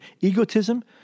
egotism